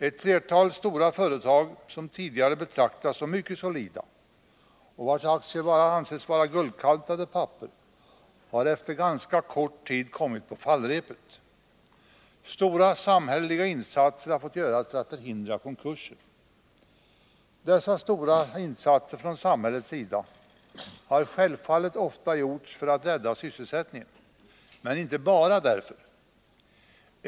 Ett flertal stora företag, som tidigare betraktats som mycket solida och vilkas aktier ansetts vara guldkantade papper, har efter ganska kort tid kommit på fallrepet. Stora samhälleliga insatser har fått göras för att förhindra konkurser. Dessa stora insatser från samhällets sida har självfallet ofta gjorts för att rädda sysselsättningen, men inte bara därför.